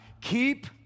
Keep